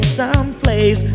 someplace